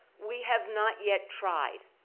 we have not yet tried.